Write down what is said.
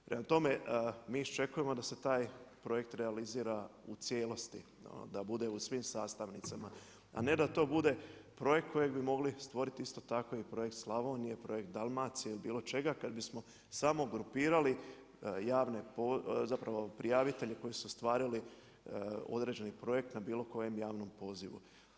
Prema tome, mi iščekujemo da se taj projekt realizira u cijelosti, da bude u svim sastavnicama a ne da to bude projekt kojeg bi mogli stvoriti isto tako i projekt Slavonije, projekt Dalmacije ili bilo čega kad bismo samo grupirali, javne, zapravo, prijavitelje koji su ostvarili određeni projekt na bilo kojem javnom pozivu.